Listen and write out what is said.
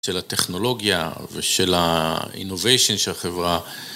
של הטכנולוגיה ושל ה-innovation של החברה